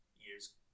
years